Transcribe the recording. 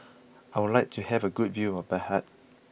I would like to have a good view of Baghdad